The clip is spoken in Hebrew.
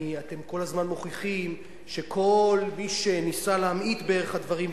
אתם כל הזמן מוכיחים שכל מי שניסה להמעיט בערך הדברים,